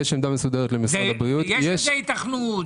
יש לזה היתכנות?